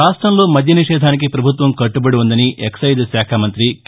రాష్ట్రంలో మద్య నిషేధానికి పభుత్వం కట్టుబడి ఉందని ఎక్పైజ్ శాఖ మంత్రి కె